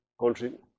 country